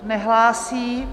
Nehlásí.